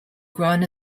grown